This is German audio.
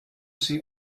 sie